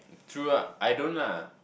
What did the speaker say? true ah I don't ah